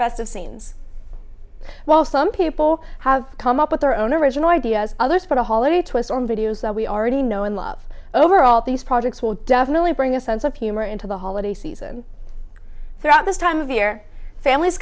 festive scenes while some people have come up with their own original ideas others put a holiday twist or videos that we already know and love over all these projects will definitely bring a sense of humor into the holiday season throughout this time of year families